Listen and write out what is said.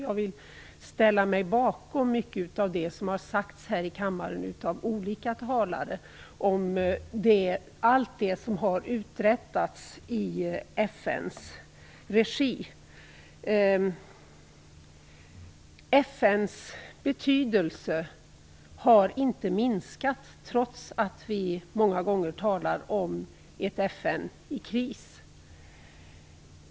Jag vill ställa mig bakom mycket av det som har sagts här i kammaren av olika talare om allt det som har uträttats i FN:s regi. FN:s betydelse har inte minskat, trots att vi många gånger talar om ett FN i kris.